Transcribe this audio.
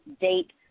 date